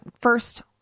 first